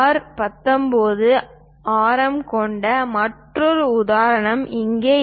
R19 ஆரம் கொண்ட மற்றொரு உதாரணம் இங்கே